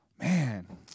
Man